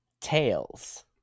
Tails